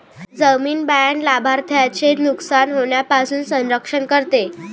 जामीन बाँड लाभार्थ्याचे नुकसान होण्यापासून संरक्षण करते